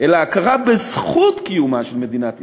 אלא הכרה בזכות קיומה של מדינת ישראל.